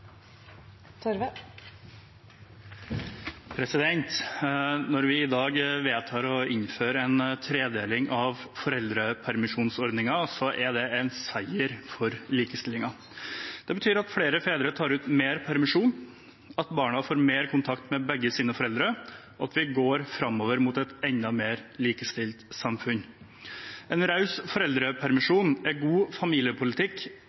Når vi i dag vedtar å innføre en tredeling av foreldrepermisjonsordningen, er det en seier for likestillingen. Det betyr at flere fedre tar ut mer permisjon, at barna får mer kontakt med begge foreldrene sine, og at vi går framover mot et enda mer likestilt samfunn. En raus foreldrepermisjon er god familiepolitikk,